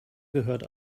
gehört